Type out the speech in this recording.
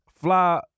Fly